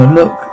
look